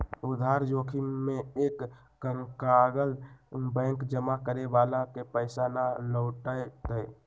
उधार जोखिम में एक कंकगाल बैंक जमा करे वाला के पैसा ना लौटय तय